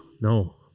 no